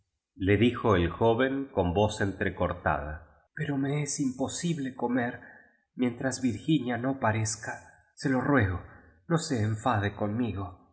je dijo el joven con voz entrecortada pero me es imposible comer mientras virginia no parezca se lo ruego no se enfade conmigo